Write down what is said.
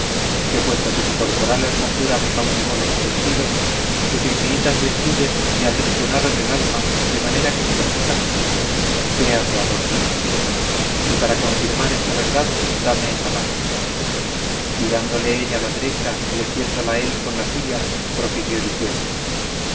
que puesto que tu corporal hermosura me cautivó los sentido tus infinitas virtudes me aprisionaron el alma de manera que si hermosa te quise fea te adoro y para confirmar esta verdad dame esa mano y dándole ella la derecha y asiéndola él con la suya prosiguió diciendo